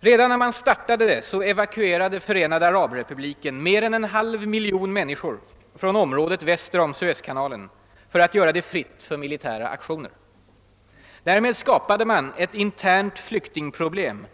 Redan när man startade det evakuerade Förenade Arabrepubliken mer än en halv miljon människor från området väster om Suezkanalen för att göra det fritt för militära aktioner. Därmed skapade man ett internt flyktingproblem